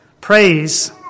praise